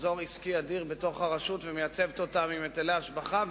מחזור עסקי אדיר בתוך הרשות ומייצבת אותה עם היטלי השבחה,